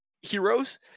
heroes